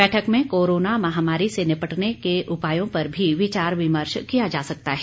बैठक में कोरोना महामारी से निपटारे के उपायों पर भी विचार विमर्श किया जा सकता है